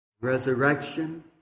resurrection